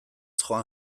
joan